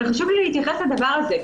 חשוב לי להתייחס לדבר הזה,